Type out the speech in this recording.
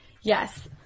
Yes